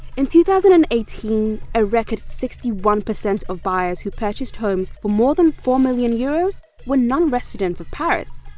in two thousand and eighteen, a record sixty one percent of buyers who purchased homes for more than four million euros were non-residents of paris.